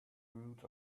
root